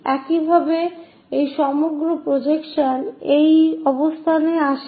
একইভাবে এই সমগ্র প্রজেকশন এই অবস্থানে আসে